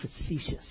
facetious